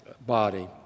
body